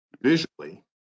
visually